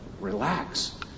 relax